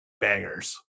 bangers